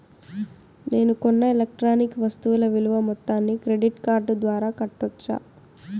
నేను కొన్న ఎలక్ట్రానిక్ వస్తువుల విలువ మొత్తాన్ని క్రెడిట్ కార్డు ద్వారా కట్టొచ్చా?